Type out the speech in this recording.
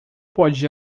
pode